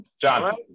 John